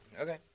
Okay